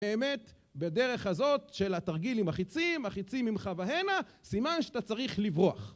באמת, בדרך הזאת של התרגיל עם החיצים, אם החיצים ממך והנה, סימן שאתה צריך לברוח.